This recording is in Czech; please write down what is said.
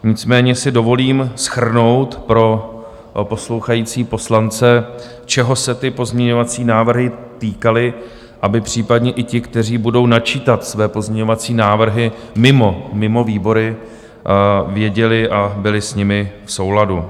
Nicméně si dovolím shrnout pro poslouchající poslance, čeho se ty pozměňovací návrhy týkaly, aby případně i ti, kteří budou načítat své pozměňovací návrhy mimo výbory, věděli a byli s nimi v souladu.